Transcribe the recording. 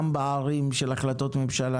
גם בהחלטות ממשלה